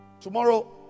Tomorrow